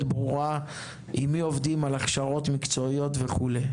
ברורה עם מי עובדים על הכשרות מקצועיות וכו'.